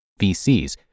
VCs